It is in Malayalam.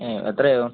ആ എത്രയാവും